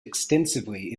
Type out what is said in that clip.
extensively